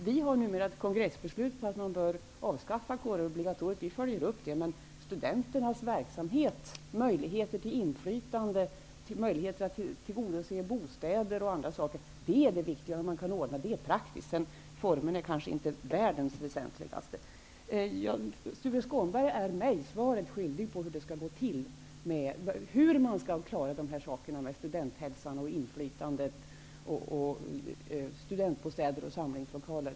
Vi har numera ett kongressbeslut på att man bör avskaffa kårobligatoriet, och vi följer upp det, men det är viktigare hur man praktiskt kan ordna studenternas verksamhet, deras förutsättningar att få inflytande och deras möjligheter att få bostäder och annat. Formerna är inte det väsentligaste. Tuve Skånberg är mig svaret skyldig när det gäller hur man skall klara sådant som studenthälsan, inflytandet, studentbostäder och samlingslokaler.